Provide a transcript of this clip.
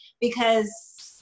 because-